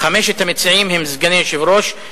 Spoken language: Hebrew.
חמשת המציעים הם סגני היושב-ראש,